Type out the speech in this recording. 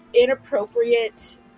inappropriate